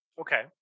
Okay